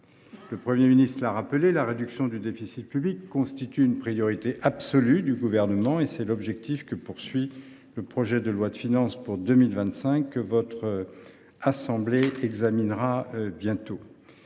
Le Premier ministre a rappelé que la réduction du déficit public constitue une priorité absolue pour le Gouvernement. C’est l’objectif du projet de loi de finances pour 2025, que votre assemblée examinera bientôt.